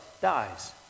dies